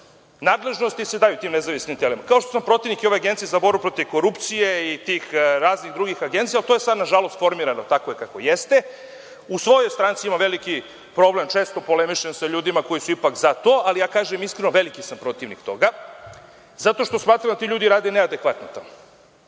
nadležnosti se daju tim nezavisnim telima. Kao što sam i protivnik ove Agencije za borbu protiv korupcije i tih raznih drugih agencija, ali to je sada nažalost formirano tako kako jeste. U svojoj stranci imam veliki problem, često polemišem sa ljudima koji su ipak za to, ali kažem iskreno, veliki sam protivnik toga, zato što smatram da ti ljudi rade neadekvatno tamo. Ako